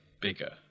bigger